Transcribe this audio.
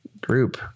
group